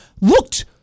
looked